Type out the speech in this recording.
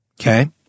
Okay